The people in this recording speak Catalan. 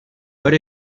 per